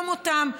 יום מותם.